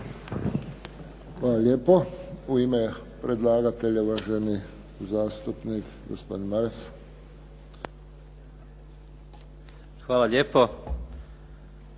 Hvala lijepo. U ime predlagatelja uvaženi zastupnik gospodin Maras. **Maras,